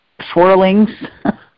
swirlings